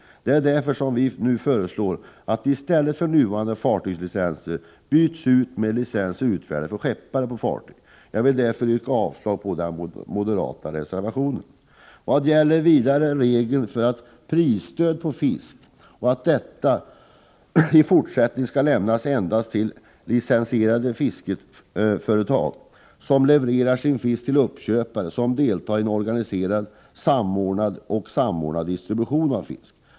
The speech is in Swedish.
Det är därför som vi nu föreslår att nuvarande fartygslicenser byts ut mot licenser utfärdade för skeppare på fartyg. Jag yrkar därför avslag på den moderata reservationen. Vad gäller reglerna om prisstöd för fisk skall sådant stöd i fortsättningen endast ges åt licensierade fiskeföretag, vilka levererar sin fisk till uppköpare som deltar i organiserad och samordnad distribution av fisk.